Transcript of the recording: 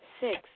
six